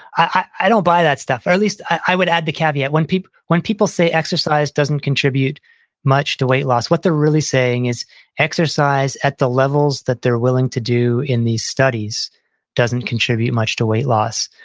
i don't buy that stuff or at least i would add the caveat. when people when people say exercise doesn't contribute much to weight loss, what they're really saying is exercise at the levels that they're willing to do in the studies doesn't contribute much to weight loss.